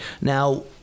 now